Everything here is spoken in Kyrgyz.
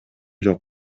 жок